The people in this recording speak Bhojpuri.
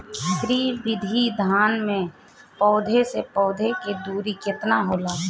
श्री विधि धान में पौधे से पौधे के दुरी केतना होला?